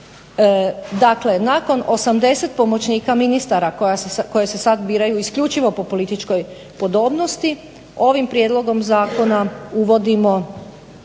Dakle, nakon 80 pomoćnika ministara koji se sad biraju isključivo po političkoj podobnosti ovim prijedlogom zakona uvodimo